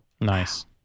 Nice